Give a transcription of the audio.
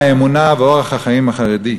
אמונה ואורח החיים החרדי.